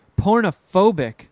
pornophobic